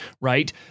right